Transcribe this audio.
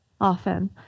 often